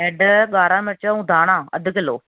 हैड ॻाढ़ा मिर्च ऐं धाणा अधु किलो